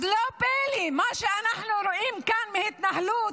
אז ממה שאנחנו רואים כאן בהתנהלות,